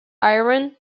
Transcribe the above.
iran